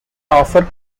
offer